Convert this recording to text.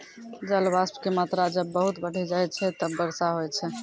जलवाष्प के मात्रा जब बहुत बढ़ी जाय छै तब वर्षा होय छै